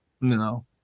no